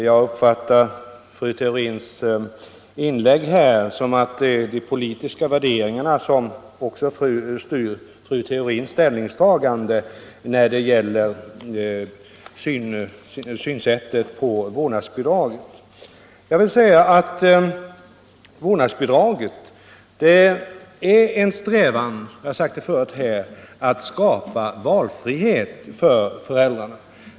Jag uppfattar fru Theorins inlägg så, att det är de politiska värderingarna som styr också fru Theorins ställningstagande när det gäller synen på vårdnadsbidraget. Vårdnadsbidraget är en strävan —- det har jag sagt förut — att skapa valfrihet för föräldrarna.